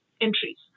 entries